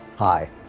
Hi